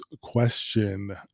question